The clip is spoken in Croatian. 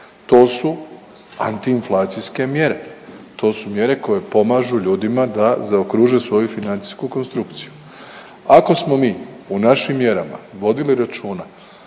To su antiinflacijske mjere, to su mjere koje pomažu ljudima da zaokružuju svoju financijsku konstrukciju. Ako smo mi u našim mjerama vodili računa